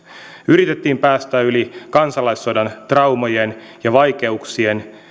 yritettiin päästä yli kansalaissodan traumojen ja vaikeuksien